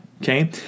Okay